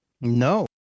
No